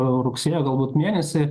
rugsėjo galbūt mėnesį